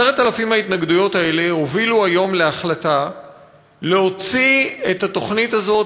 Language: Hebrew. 10,000 ההתנגדויות האלה הובילו היום להחלטה להוציא את התוכנית הזאת,